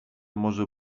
może